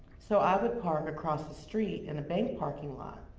so i would park across the street, in a bank parking lot.